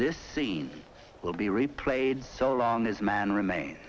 this scene will be replayed so long as man remain